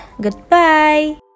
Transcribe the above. Goodbye